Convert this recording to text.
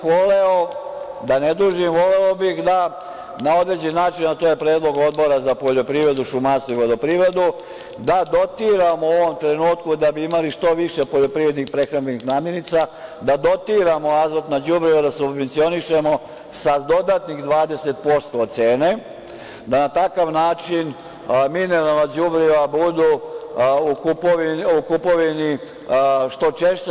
Voleo bih da na određen način, a to je predlog Odbora za poljoprivredu, šumarstvo i vodoprivredu, da dotiramo u ovom trenutku da bi imali što više poljoprivrednih i prehrambenih namirnica, da dotiramo azotna đubriva, da subvencionišemo sa dodatnih 20% od cene, da na takav način mineralna đubriva budu u kupovini što češća.